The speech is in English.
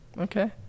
Okay